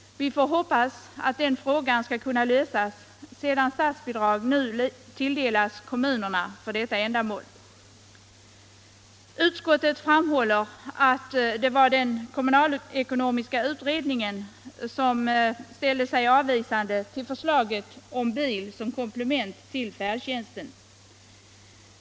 Vi får hoppas att det problemet skall kunna lösas, sedan statsbidrag nu tilldelats kommunerna för detta ändamål. Utskottet framhåller att den kommunalekonomiska utredningen ställde sig avvisande till förslaget om bil såsom komplement till färdtjänsten.